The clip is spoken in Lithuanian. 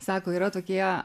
sako yra tokie